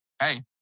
hey